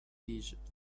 egypt